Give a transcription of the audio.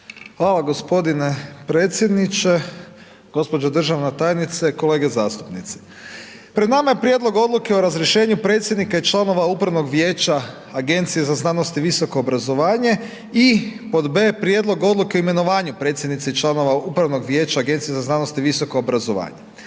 Hvala g. predsjedniče, gđo. državna tajnice, kolege zastupnici. Pred nama je Prijedlog Odluke o razrješenju predsjednika i članova upravnog vijeća Agencije za znanost i visoko obrazovanje i pod b)Prijedlog Odluke o imenovanju predsjednice i članova upravnog vijeća AZVO. Agencija za znanost i visoko obrazovanje,